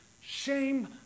Shame